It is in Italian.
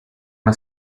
una